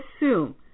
assume